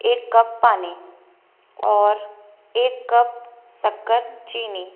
एक कप पानी और एक कप शक्कर चीनी